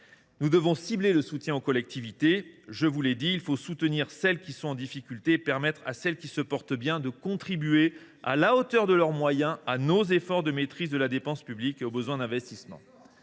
Nous devons cibler le soutien aux collectivités. Il faut soutenir celles qui sont en difficulté et permettre à celles qui se portent bien de contribuer, à la hauteur de leurs moyens, à nos efforts de maîtrise de la dépense publique et aux besoins d’investissement.